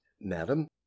Madam